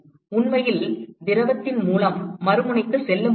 உண்மையில் திரவத்தின் மூலம் மறுமுனைக்குச் செல்ல முடியும்